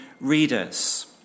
readers